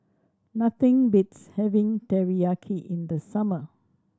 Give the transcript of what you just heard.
nothing beats having Teriyaki in the summer